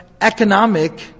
economic